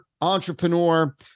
entrepreneur